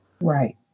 right